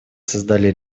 создали